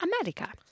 America